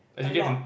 a lot